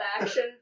action